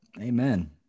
Amen